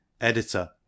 Editor